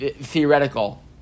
theoretical